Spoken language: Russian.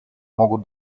могут